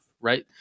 right